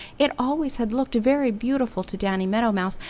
it always had looked very beautiful to danny meadow mouse,